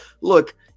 look